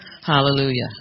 Hallelujah